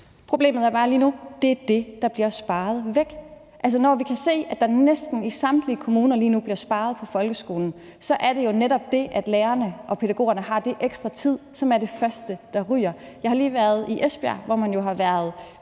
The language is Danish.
Problemet er bare lige nu, at det er det, der bliver sparet væk. Når vi kan se, at der næsten i samtlige kommuner lige nu bliver sparet på folkeskolen, så er det jo netop det, at lærerne og pædagogerne har den ekstra tid, som er det første, der ryger. Jeg har lige været i Esbjerg, hvor man jo har været